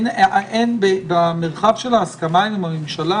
במרחב ההסכמה עם הממשלה,